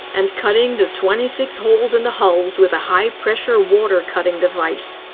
and cutting the twenty six holes in the hulls with a high-pressure water cutting device.